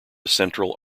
central